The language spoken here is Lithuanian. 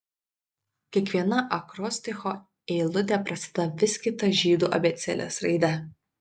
kiekviena akrosticho eilutė prasideda vis kita žydų abėcėlės raide